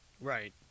right